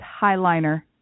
Highliner